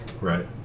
Right